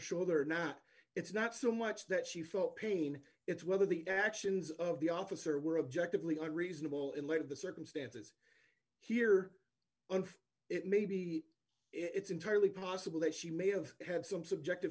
shoulder or not it's not so much that she felt pain it's whether the actions of the officer were objective legal reasonable in light of the circumstances here and it maybe it's entirely possible that she may have had some subjective